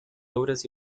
obras